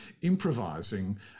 improvising